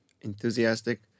enthusiastic